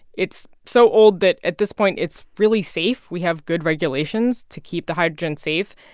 it's so old that, at this point, it's really safe. we have good regulations to keep the hydrogen safe.